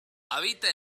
habita